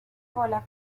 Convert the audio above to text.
cola